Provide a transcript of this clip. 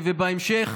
ובהמשך